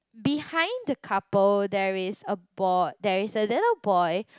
behind the couple there is a board there is a little boy